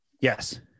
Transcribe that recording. Yes